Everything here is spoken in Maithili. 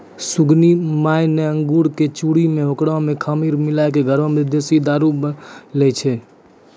सुगनी माय न अंगूर कॅ चूरी कॅ होकरा मॅ खमीर मिलाय क घरै मॅ देशी वाइन दारू बनाय लै छै